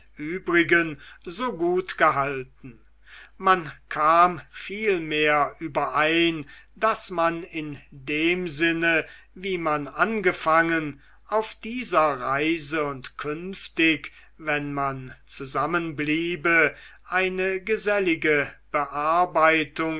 so gut gehalten man kam vielmehr überein daß man in dem sinne wie man angefangen auf dieser reise und künftig wenn man zusammenbliebe eine gesellige bearbeitung